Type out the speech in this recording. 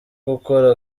gukora